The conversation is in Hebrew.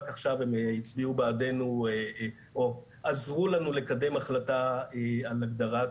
רק עכשיו הצביעו בעדנו ועזרו לנו לקדם החלטה על הגדרת,